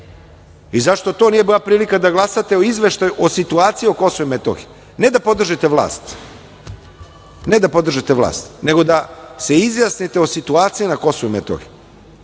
sedi.Zašto to nije bila prilika da glasate o izveštaju, o situaciji o Kosovu i Metohiji, ne da podržite vlast, nego da se izjasnite o situaciji na Kosovu i Metohiji?